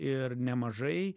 ir nemažai